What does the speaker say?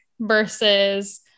versus